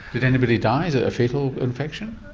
did anybody die, is it a fatal infection?